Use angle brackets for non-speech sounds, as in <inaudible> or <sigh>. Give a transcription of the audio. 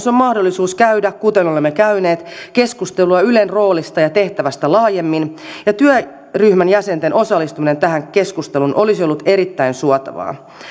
<unintelligible> on mahdollisuus käydä kuten olemme käyneet keskustelua ylen roolista ja tehtävästä laajemmin ja työryhmän jäsenten osallistuminen tähän keskusteluun olisi ollut erittäin suotavaa